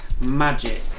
magic